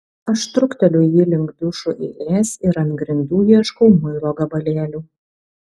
aš trukteliu jį link dušų eilės ir ant grindų ieškau muilo gabalėlių